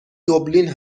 دوبلین